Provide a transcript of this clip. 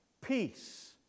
peace